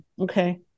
okay